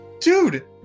dude